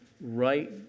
right